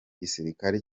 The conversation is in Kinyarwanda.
gisirikare